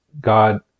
god